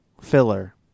filler